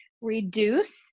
Reduce